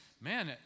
man